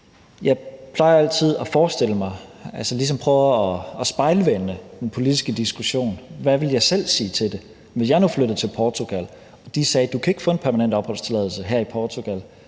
Jeg plejer altid at prøve at spejlvende den politiske diskussion og ligesom forestille mig: Hvad ville jeg selv sige til det? Hvis jeg nu flyttede til Portugal og de sagde, at jeg ikke kunne få en permanent opholdstilladelse i Portugal,